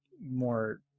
more